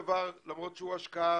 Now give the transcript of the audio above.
דודי, אנחנו לא הולכים לשום מקום.